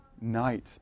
night